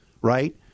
Right